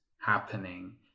happening